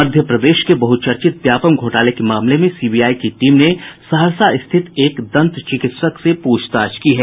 मध्य प्रदेश के बहुचर्चित व्यापमं घोटाले के मामले में सीबीआई की टीम ने सहरसा स्थित एक दंत चिकित्सक से पूछताछ की है